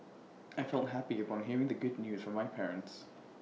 I felt happy upon hearing the good news from my parents